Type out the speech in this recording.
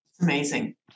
Amazing